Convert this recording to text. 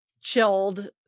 chilled